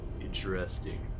Interesting